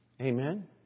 Amen